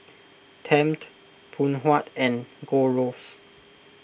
Tempt Phoon Huat and Gold Roast